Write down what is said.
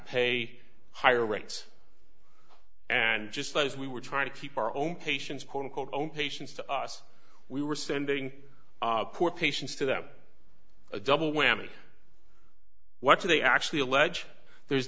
pay higher rates and just as we were trying to keep our own patients quote unquote own patients to us we were sending poor patients to them a double whammy what do they actually allege there's